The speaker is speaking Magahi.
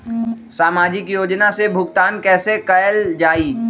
सामाजिक योजना से भुगतान कैसे कयल जाई?